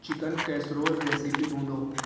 chicken casserole recipe ڈھونڈو